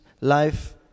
life